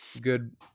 good